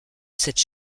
cette